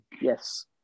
yes